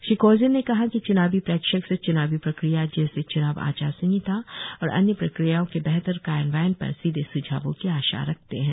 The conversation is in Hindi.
श्री कोजीन ने कहा कि च्नावी प्रेक्षक से च्नावी प्रक्रिया जैसे च्नाव आचार संहिता और अन्य प्रक्रियाओं के बेहतर कार्यान्वयन पर सीधे सुझावों की आशा रखते है